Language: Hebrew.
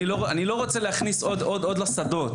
אני לא רוצה להכניס עוד לשדות.